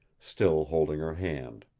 still holding her hand.